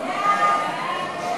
סתם להוסיף עוד?